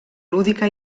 lúdica